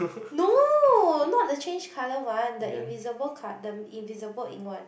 no not the change colour one the invisible col~ the invisible ink one